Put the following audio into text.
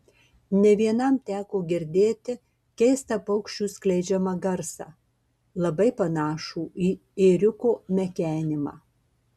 ne vienam teko girdėti keistą paukščių skleidžiamą garsą labai panašų į ėriuko mekenimą